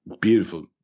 Beautiful